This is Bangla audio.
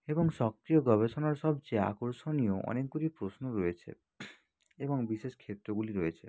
এবং সক্রিয় গবেষণার সবচেয়ে আকর্ষণীয় অনেকগুলি প্রশ্ন রয়েছে এবং বিশেষ ক্ষেত্রগুলি রয়েছে